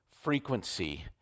frequency